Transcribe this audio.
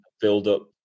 build-up